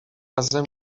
razem